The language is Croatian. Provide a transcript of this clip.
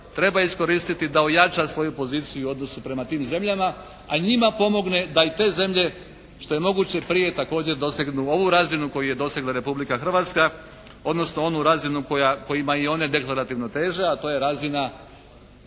treba iskoristiti da ojača svoju poziciju i u odnosu prema tim zemljama, a njima pomogne da i te zemlje što je moguće prije također dosegnu ovu razinu koju je dosegla Republika Hrvatska, odnosno onu razinu kojima i one deklarativno teže, a to je razina